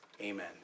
Amen